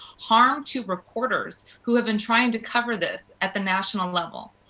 harm to reporters who have been trying to cover this at the national level.